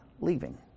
leaving